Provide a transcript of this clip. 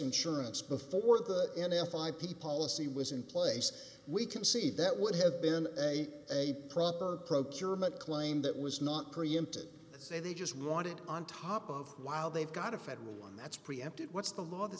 insurance before the n f i p policy was in place we can see that would have been a a proper procurement claim that was not preempted say they just want it on top of while they've got a federal one that's preempted what's the law that